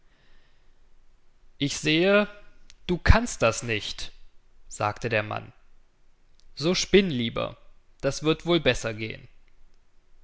ich sehe du kannst das nicht sagte der mann so spinn lieber das wird wohl besser gehen